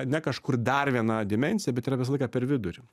ne kažkur dar viena dimensija bet yra visą laiką per vidurį